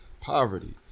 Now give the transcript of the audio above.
poverty